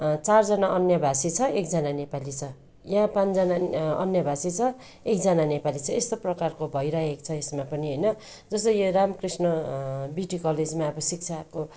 चारजाना अन्य भाषी छ एकजना नेपाली छ यहाँ पाँचजना अन्य भाषी छ एकजना नेपाली छ यस्तो प्रकारको भइरहेको छ यसमा पनि होइन जस्तै यो रामकृष्ण बिटी कलेजमा अब शिक्षाको